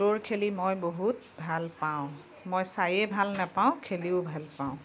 দৌৰ খেলি মই বহুত ভাল পাওঁ মই চায়েই ভাল নাপাওঁ খেলিও ভাল পাওঁ